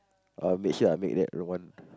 I'll make sure I make that